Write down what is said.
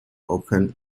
open